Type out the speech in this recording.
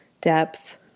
depth